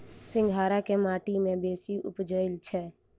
सिंघाड़ा केँ माटि मे बेसी उबजई छै?